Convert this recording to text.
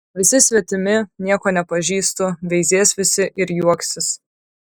visi svetimi nieko nepažįstu veizės visi ir juoksis